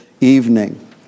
evening